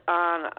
on